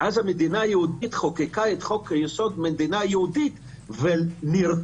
המדינה היהודית חוקקה את חוק יסוד מדינה יהודית ונמנעה